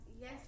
yes